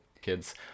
kids